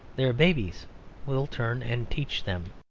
their babies will turn and teach them.